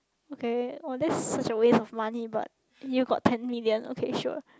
okay oh that's such a waste of money but you got ten million okay sure